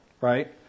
right